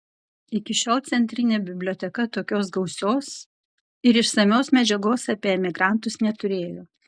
iki šiol centrinė biblioteka tokios gausios ir išsamios medžiagos apie emigrantus neturėjo